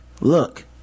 look